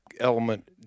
element